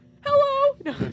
hello